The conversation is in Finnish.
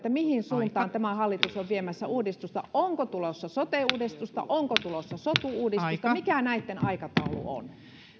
mihin suuntaan tämä hallitus on viemässä uudistusta onko tulossa sote uudistusta onko tulossa sotu uudistusta mikä näitten aikataulu on